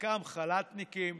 חלקם חל"תניקים.